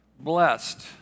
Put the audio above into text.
blessed